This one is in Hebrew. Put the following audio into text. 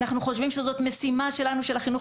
אנחנו חושבים שזאת משימה שלנו של החינוך